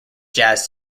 jazz